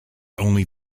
only